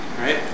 Right